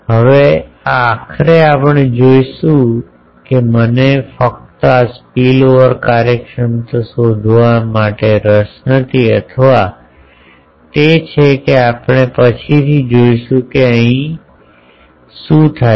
હવે આખરે આપણે જોઈશું કે મને ફક્ત આ સ્પીલઓવર કાર્યક્ષમતા શોધવા માટે રસ નથી અથવા તે છે કે આપણે પછીથી જોઈશું કે અહીં શું થાય છે